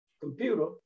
computer